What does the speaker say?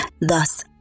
thus